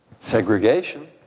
segregation